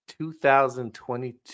2022